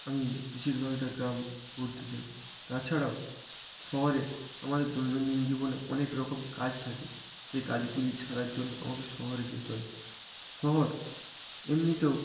আমি বেশিরভাগটা গ্রাম ঘুরতে চাই তাছাড়াও শহরে আমাদের দৈনন্দিন জীবনেও অনেক রকম কাজ থাকে যে কাজগুলি সারার জন্য আমাকে শহরে যেতে হয় শহর এমনিতেও